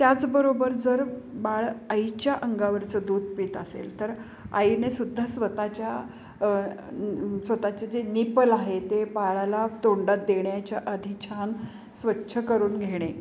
त्याचबरोबर जर बाळ आईच्या अंगावरचं दूध पित असेल तर आईने सुद्धा स्वतःच्या स्वतःचे जे नेपल आहे ते बाळाला तोंडात देण्याच्या आधी छान स्वच्छ करून घेणे